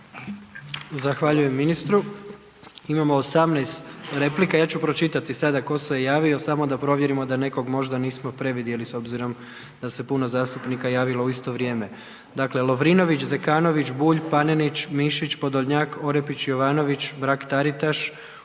Zahvaljujem ministru. Imamo 18 replika. Ja ću pročitati sada ko se javio samo da provjerimo da nekog možda nismo previdjeli s obzirom da se puno zastupnika javilo u isto vrijeme. Dakle, Lovrinović, Zekanović, Bulj, Panenić, Mišić, Podolnjak, Orepić, Jovanović, Mrak-Taritaš,